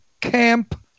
camp